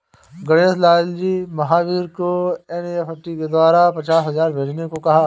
गणेश लाल जी ने महावीर को एन.ई.एफ़.टी के द्वारा पचास हजार भेजने को कहा